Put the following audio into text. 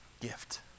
gift